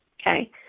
Okay